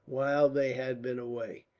while they had been away,